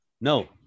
no